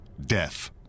death